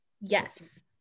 yes